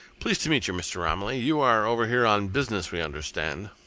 pleased to meet you, mr. romilly. you are over here on business, we understand?